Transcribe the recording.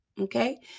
Okay